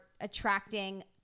attracting